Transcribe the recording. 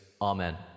Amen